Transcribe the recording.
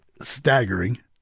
staggering